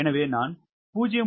எனவே நான் 0